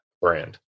brand